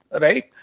right